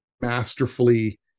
masterfully